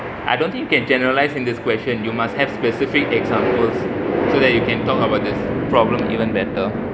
I don't think you can generalise in this question you must have specific examples so that you can talk about this problem even better